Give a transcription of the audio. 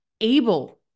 able